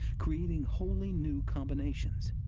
creating wholly new combinations.